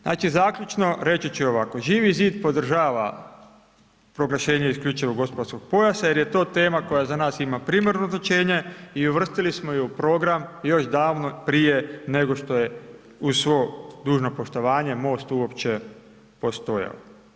Znači zaključno, reći ću ovako, Živi zid podržava proglašenje isključivog gospodarskog pojasa jer je to tema koja za nas ima primarno značenje i uvrstili smo ju u program još davno prije nego što je u svo dužno poštovanje MOST uopće postojao.